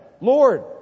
Lord